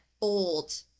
old